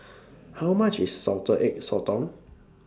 How much IS Salted Egg Sotong